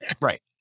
Right